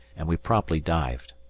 and we promptly dived.